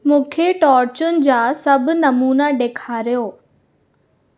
मूंखे टोर्चुनि जा सभु नमूना ॾेखारियो